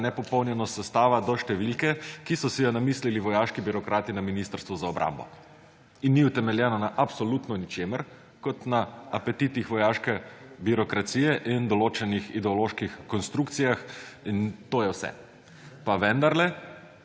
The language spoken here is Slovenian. nepopolnjenost sestava do številke, ki so si jo namislili vojaški birokrati na Ministrstvu za obrambo. In ni utemeljeno na absolutno ničemer kot na apetitih vojaške birokracije in določenih ideoloških konstrukcijah; in to je vse. Pa vendarle